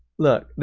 look,